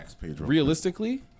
realistically